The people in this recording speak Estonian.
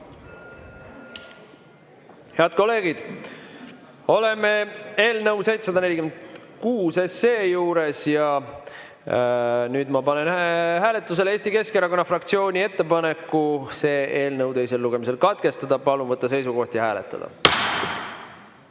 Head kolleegid, oleme eelnõu 746 juures. Ma panen hääletusele Eesti Keskerakonna fraktsiooni ettepaneku selle eelnõu teine lugemine katkestada. Palun võtta seisukoht ja hääletada!